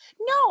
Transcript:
no